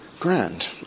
grand